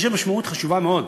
יש לזה משמעות חשובה מאוד.